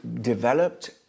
developed